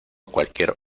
cualquier